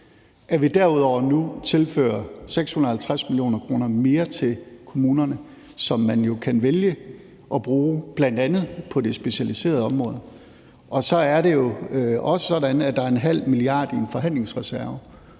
at vi derudover nu tilfører 650 mio. kr. mere til kommunerne, som man jo kan vælge at bruge på bl.a. det specialiserede socialområde. Så er det også sådan, at der er ½ mia. kr. i forhandlingsreserve,